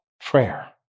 prayer